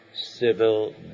civil